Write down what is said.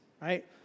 right